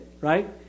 right